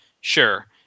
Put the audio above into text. Sure